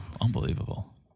Unbelievable